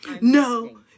No